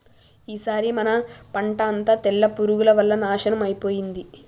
ఈసారి మన పంట అంతా తెల్ల పురుగుల వల్ల నాశనం అయిపోయింది